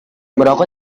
merokok